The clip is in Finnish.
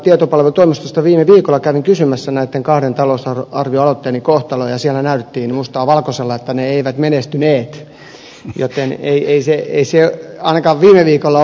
tietopalvelutoimistosta viime viikolla kävin kysymässä näitten kahden talousarvioaloitteeni kohtaloa ja siellä näytettiin mustaa valkoisella että ne eivät menestyneet joten ei se ainakaan viime viikolla ollut menestynyt